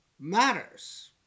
matters